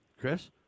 Chris